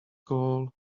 call